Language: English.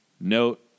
note